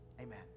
amen